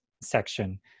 section